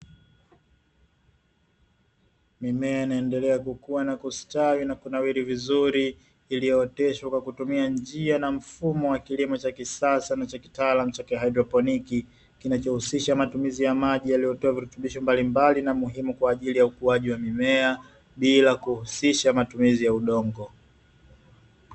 Mimea inayoendelea kukua na kustawi nakunawiri vizuri iliyooteshwa kwa kutumia njia na mfumo wa kisasa na kitaalamu cha haidroponi, kinachohusisha matumizi ya maji yaliyotiw virutubisho muhimu katika mimea bila kuhusisha matumizi ya udongo.